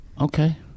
okay